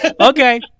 Okay